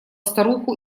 старуху